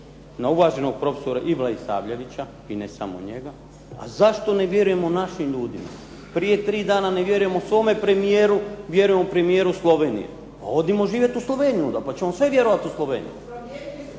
na uvaženog profesora Ibla Isavljevića i ne samo njega, zašto ne vjerujemo našim ljudima, prije tri dana ne vjerujemo svojem premijeru, vjerujemo premijeru Slovenije, idemo živjeti onda u Sloveniju pa ćemo sve onda vjerovati u Sloveniji.